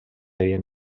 havien